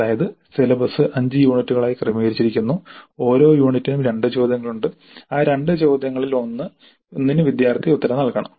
അതായത് സിലബസ് 5 യൂണിറ്റുകളായി ക്രമീകരിച്ചിരിക്കുന്നു ഓരോ യൂണിറ്റിനും 2 ചോദ്യങ്ങളുണ്ട് ആ 2 ചോദ്യങ്ങളിൽ ഒനിന് വിദ്യാർത്ഥി ഉത്തരം നൽകണം